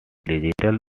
digital